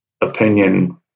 opinion